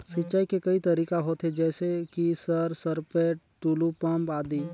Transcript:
सिंचाई के कई तरीका होथे? जैसे कि सर सरपैट, टुलु पंप, आदि?